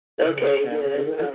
Okay